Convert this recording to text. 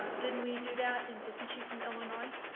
didn't we do that and isn't she from illinois?